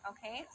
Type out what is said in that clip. Okay